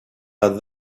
but